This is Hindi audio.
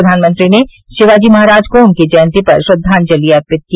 प्रधानमंत्री ने शिवाजी महाराज को उनकी जयंती पर श्रद्वांजलि अर्पित की